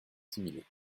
similé